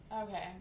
Okay